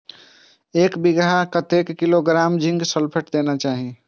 एक बिघा में कतेक किलोग्राम जिंक सल्फेट देना चाही?